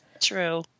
true